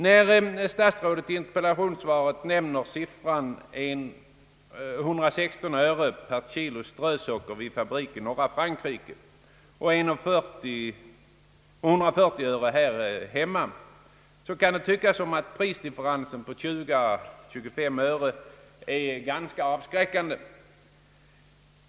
När statsrådet i interpellationssvaret nämner siffran 116 öre per kilo strösocker vid fabrik i norra Frankrike och 140 öre här hemma kan det tyckas, som om prisdifferensen på 20 å 25 öre är ganska avskräckande.